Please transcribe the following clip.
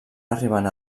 arribant